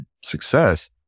success